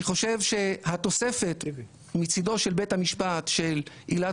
אני חושב שהתוספת מצידו של בית המשפט של עילת